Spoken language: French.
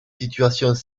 situations